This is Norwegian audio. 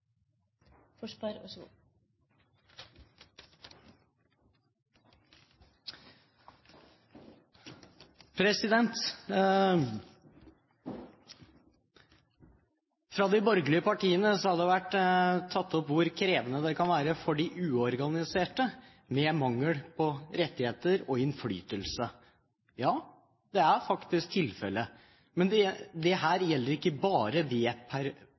Fra de borgerlige partiene har det vært tatt opp hvor krevende det kan være for de uorganiserte, med mangel på rettigheter og innflytelse. Ja, det er faktisk tilfellet, men dette gjelder ikke bare